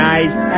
Nice